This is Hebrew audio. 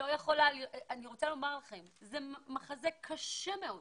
זה מחזה קשה מאוד